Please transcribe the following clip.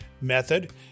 method